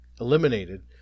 eliminated